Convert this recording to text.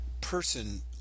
person